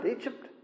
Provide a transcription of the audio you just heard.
Egypt